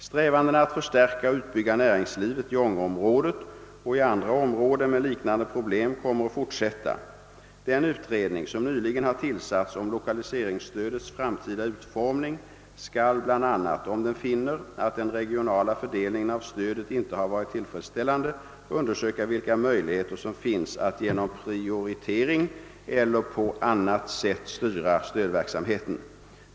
Strävandena att förstärka och utbygga näringslivet i Ånge-området — och i andra områden med liknande problem — kommer att fortsätta. Den utredning som nyligen har tillsatts om lokaliseringsstödets framtida utformning skall bl.a. — om den finner att den regionala fördelningen av stödet inte har varit tillfredsställande — undersöka vilka möjligheter som finns att genom prioritering eller på annat sätt styra stödverksamheten.